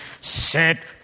set